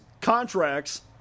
contracts